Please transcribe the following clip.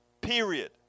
Period